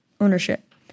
ownership